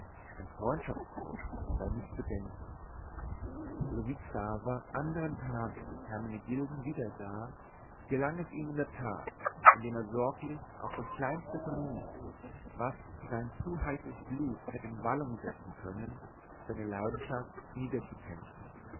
an freundschaftsbruch sei nicht zu denken sowie xaver andern tages hermenegilden wiedersah gelang es ihm in der tat indem er sorglich auch das kleinste vermied was sein zu heißes blut hätte in wallung setzen können seine leidenschaft